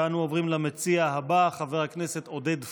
ואנו עוברים למציע הבא, חבר הכנסת עודד פורר,